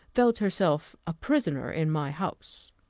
felt herself a prisoner in my house.